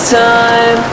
time